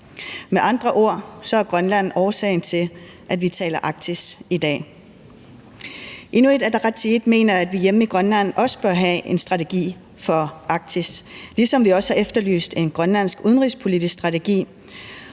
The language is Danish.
Med andre ord er Grønland årsagen til, at vi taler Arktis i dag. Inuit Ataqatigiit mener, at vi hjemme i Grønland også bør have en strategi for Arktis, ligesom vi også har efterlyst en grønlandsk udenrigspolitisk strategi,